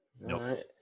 nope